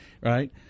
right